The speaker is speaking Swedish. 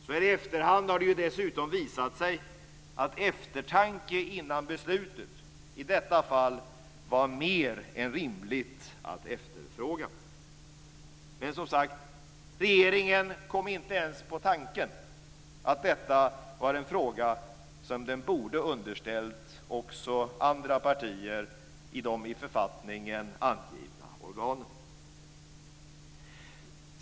Så här i efterhand har det dessutom visat sig att eftertanke före beslutet i detta fall var mer än rimligt att efterfråga. Men som sagt: Regeringen kom inte ens på tanken att detta var en fråga som den borde ha underställt också andra partier i de i författningen angivna organen.